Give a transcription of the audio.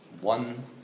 one